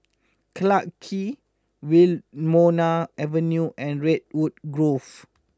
Clarke Quay Wilmonar Avenue and Redwood Grove